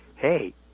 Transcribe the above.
hey